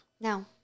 No